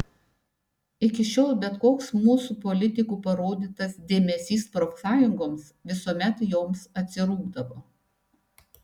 iki šiol bet koks mūsų politikų parodytas dėmesys profsąjungoms visuomet joms atsirūgdavo